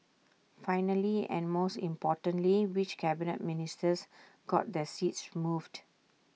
finally and most importantly which Cabinet Ministers got their seats moved